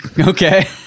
Okay